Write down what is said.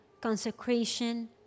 consecration